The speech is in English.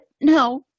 no